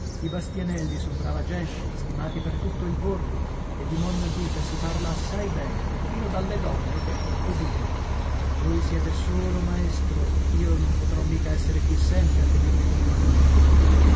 i bastianelli son brava gente stimati per tutto il borgo e di monna ghita si parla assai bene perfino dalle donne che è tutto dire voi siete solo maestro io non potrò mica esser qui sempre a tenervi compagnia